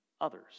others